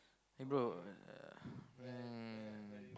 hey bro uh um